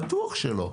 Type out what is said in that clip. בטוח שלא,